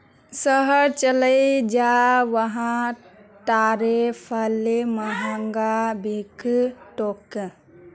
शहर चलइ जा वहा तारेर फल महंगा बिक तोक